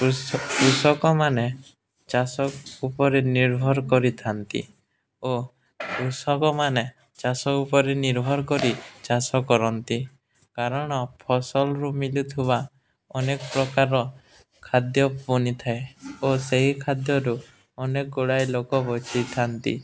କୃଷ କୃଷକମାନେ ଚାଷ ଉପରେ ନିର୍ଭର କରିଥାନ୍ତି ଓ କୃଷକମାନେ ଚାଷ ଉପରେ ନିର୍ଭର କରି ଚାଷ କରନ୍ତି କାରଣ ଫସଲରୁ ମିଳୁଥିବା ଅନେକ ପ୍ରକାର ଖାଦ୍ୟ ବନିଥାଏ ଓ ସେହି ଖାଦ୍ୟରୁ ଅନେକ ଗୁଡ଼ାଏ ଲୋକ ବଞ୍ଚିଥାନ୍ତି